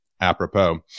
apropos